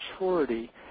maturity